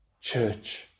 church